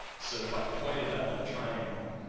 so, if i point at that little triangle,